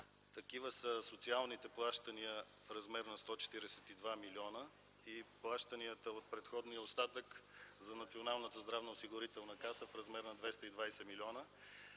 Такива са социалните плащания в размер на 142 милиона и плащанията в предходния остатък за Националната здравноосигурителна каса в размер на 220 милиона.